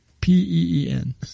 P-E-E-N